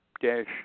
dash